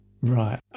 Right